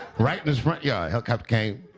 right in his front yard. helicopter came.